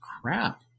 crap